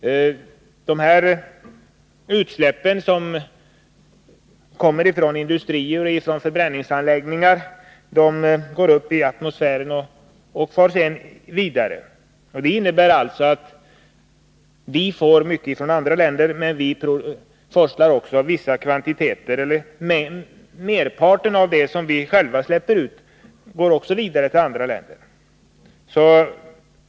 De här utsläppen, som kommer från industrier och förbränningsanläggningar, går upp i atmosfären och far sedan vidare. Det innebär alltså att vi får mycket från andra länder men också att merparten av det vi själva släpper ut går vidare till andra länder.